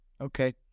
Okay